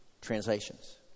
translations